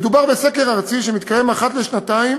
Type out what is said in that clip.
מדובר בסקר ארצי שמתקיים אחת לשנתיים